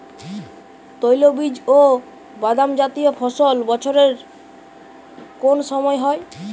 তৈলবীজ ও বাদামজাতীয় ফসল বছরের কোন সময় হয়?